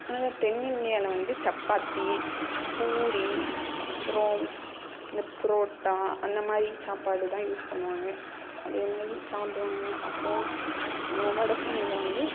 நமது தென்னிந்தியாவில் வந்து சப்பாத்தி பூரி அப்புறம் இந்த புரோட்டா அந்த மாதிரி சாப்பாடு தான் யூஸ் பண்ணுவாங்க அதே மாதிரி சாப்பிடுவாங்க அப்புறம் நம்ம வடசென்னையில் வந்து